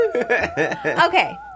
Okay